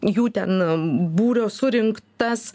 jų ten būrio surinktas